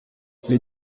les